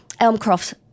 Elmcroft